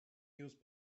use